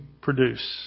produce